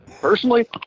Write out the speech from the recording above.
Personally